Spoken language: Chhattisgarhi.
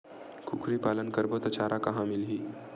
कुकरी पालन करबो त चारा कहां मिलही?